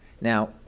Now